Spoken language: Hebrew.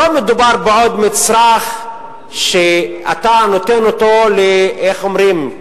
לא מדובר בעוד מצרך שאתה נותן אותו, איך אומרים?